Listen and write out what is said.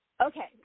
Okay